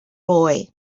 boy